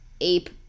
ape